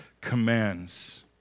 commands